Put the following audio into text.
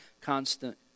constant